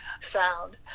sound